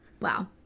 Wow